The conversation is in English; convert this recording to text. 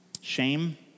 Shame